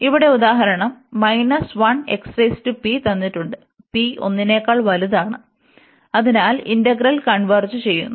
ഇവിടെ ഉദാഹരണം 1 തന്നിട്ടുണ്ട് p 1 നെക്കാൾ വലുതാണ് അതിനാൽ ഇന്റഗ്രൽ കൺവെർജ് ചെയ്യുന്നു